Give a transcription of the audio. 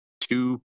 two